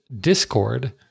Discord